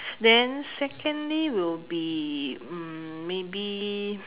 then secondly will be mm maybe